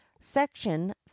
Section